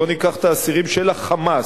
בואו ניקח את האסירים של ה"חמאס",